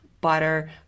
butter